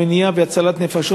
במניעה והצלת נפשות.